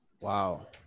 Wow